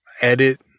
edit